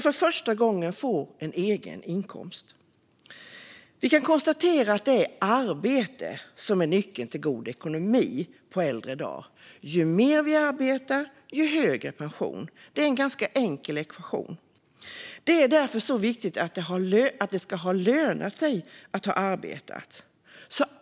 För första gången får de en egen inkomst. Vi kan konstatera att det är arbete som är nyckeln till en god ekonomi på äldre dagar: Ju mer vi arbetar, desto högre pension får vi. Det är en ganska enkel ekvation. Det är därför mycket viktigt att det ska löna sig att ha arbetat.